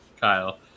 kyle